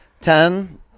Ten